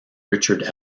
richard